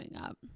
up